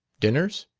dinners?